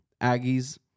Aggies